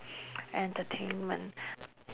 entertainment